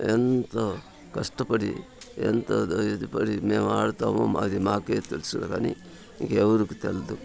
ఎంతో కష్టపడి ఎంతో ఇది పడి మేము ఆడతాము మాది మాకే తెలుసు కానీ ఇంకా ఎవరికీ తెలీదు